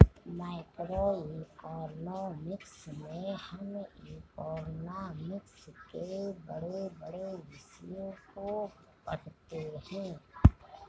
macroeconomics में हम economics के बड़े बड़े विषयों को पढ़ते हैं